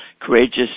courageous